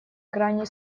грани